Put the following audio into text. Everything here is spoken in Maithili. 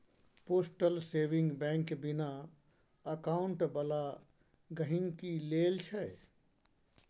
पोस्टल सेविंग बैंक बिना अकाउंट बला गहिंकी लेल छै